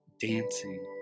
dancing